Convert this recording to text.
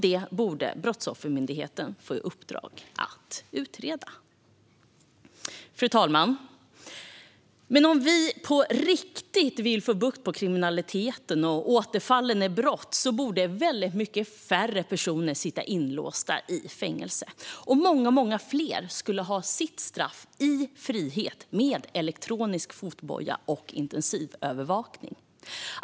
Detta borde Brottsoffermyndigheten få i uppdrag att utreda. Fru talman! Om vi på riktigt vill få bukt med kriminalitet och återfall i brott borde väldigt många färre personer sitta inlåsta i fängelse. Många, många fler skulle avtjäna sitt straff i frihet med elektronisk fotboja och intensivövervakning.